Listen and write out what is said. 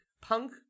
punk